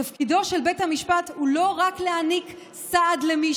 תפקידו של בית המשפט הוא לא רק "להעניק סעד למי